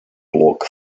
block